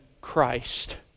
Christ